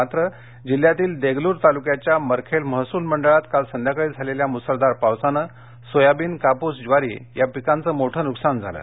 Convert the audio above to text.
मात्र जिल्ह्यातील देगलूर तालुक्याच्या मरखेल महसूल मंडळात काल संध्याकाळी झालेल्या मुसळधार पावसामुळे सोयाबीन कापूस ज्वारी या पिकांच मोठं नुकसान झालं आहे